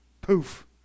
poof